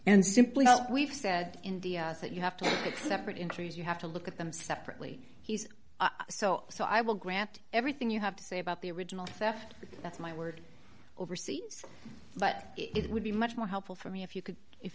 simply we've said india that you have to separate in trees you have to look at them separately he's so so i will grant everything you have to say about the original theft that's my word overseas but it would be much more helpful for me if you could if